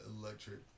electric